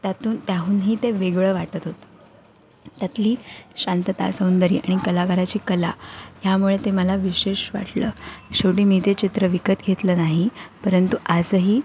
त्यातून त्याहूनही ते वेगळं वाटत होतं त्यातली शांतता सौंदर्य आणि कलाकाराची कला ह्यामुळे ते मला विशेष वाटलं शेवटी मी ते चित्र विकत घेतलं नाही परंतु आजही